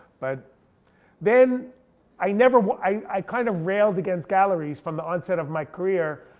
but then i never, i kind of railed against galleries from the onset of my career,